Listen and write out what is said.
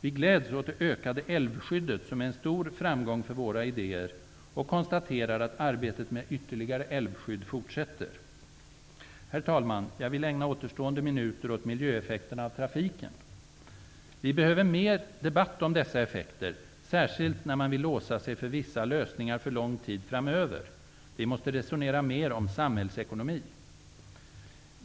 Vi gläds åt det ökade älvskyddet, som är en stor framgång för våra idéer, och konstaterar att arbetet med ytterligare älvskydd fortsätter. Herr talman! Jag vill ägna återstående minuter åt miljöeffekterna av trafiken. Vi behöver mer debatt om dessa effekter, särskilt när man vill låsa sig för vissa lösningar för lång tid framöver. Vi måste resonera mer om samhällsekonomi.